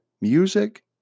music